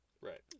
Right